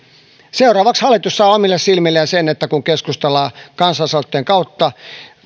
seuraavaksi hallitus saa omille silmilleen sen että keskustellaan kansalaisaloitteen kautta